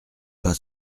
pas